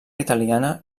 italiana